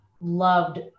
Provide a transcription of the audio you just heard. loved